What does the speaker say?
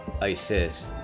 ISIS